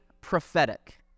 prophetic